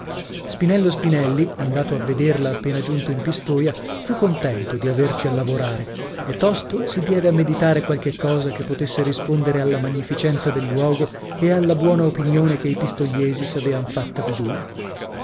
spinello spinelli andato a vederla appena giunto in pistola fu contento di averci a lavorare e tosto si diede a meditare qualche cosa che potesse rispondere alla magnificenza del luogo e alla buona opinione che i pistoiesi s'avean fatta di lui